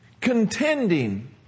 Contending